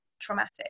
traumatic